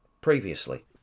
previously